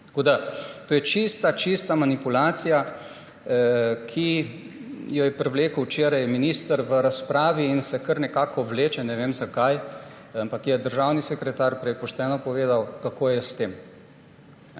Tako da je to čista manipulacija, ki jo je privlekel včeraj minister v razpravi in se kar nekako vleče. Ne vem, zakaj. Ampak je državni sekretar prej pošteno povedal, kako je s tem.